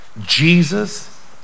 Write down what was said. Jesus